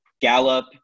Gallup